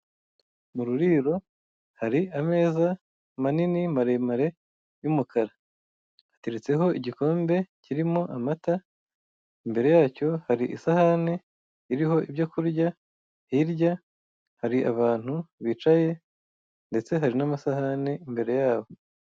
Muriro hari ameza manini maremare y'umukara, hateretseho igikombe kirimo amata, imbere yacyo hari isahani iriho ibyo kurya, hirya hari abantu bicaye ndetse hari n'amasahani imbere yabo.